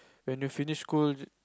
when you finish school